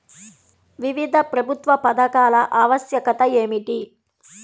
వివిధ ప్రభుత్వ పథకాల ఆవశ్యకత ఏమిటీ?